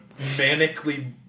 manically